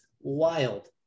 wild